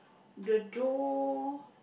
the door